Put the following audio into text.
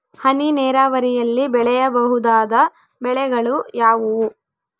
ಹನಿ ನೇರಾವರಿಯಲ್ಲಿ ಬೆಳೆಯಬಹುದಾದ ಬೆಳೆಗಳು ಯಾವುವು?